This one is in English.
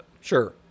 Sure